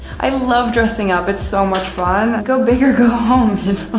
i love dressing up, it's so much fun. go big or go home,